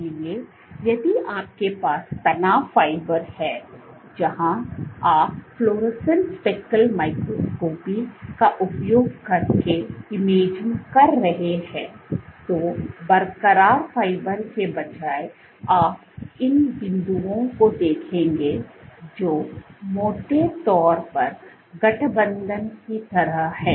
इसलिए यदि आपके पास तनाव फाइबर है जहां आप फ्लोरेसेंस स्पेकल माइक्रोस्कोपी का उपयोग करके इमेजिंग कर रहे हैं तो बरकरार फाइबर के बजाय आप इन बिंदुओं को देखेंगे जो मोटे तौर पर गठबंधन की तरह हैं